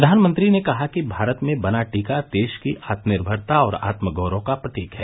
प्रधानमंत्री ने कहा कि भारत में बना टीका देश की आत्मनिर्भरता और आत्म गौरव का प्रतीक है